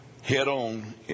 head-on